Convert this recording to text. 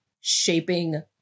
shaping